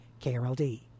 KRLD